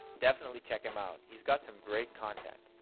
definitely check him out, he's got some great content.